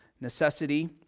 necessity